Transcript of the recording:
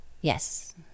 Yes